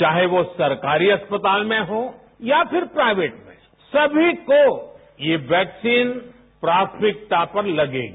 चाहे वो सरकारी अस्पताल में हो या फिर प्राइवेट में समी को ये वैक्सीन प्राथमिकता पर लगेगी